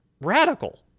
radical